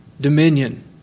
dominion